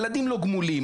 ילדים לא גמולים.